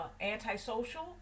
antisocial